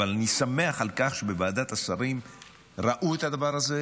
אבל אני שמח על כך שבוועדת השרים ראו את הדבר הזה,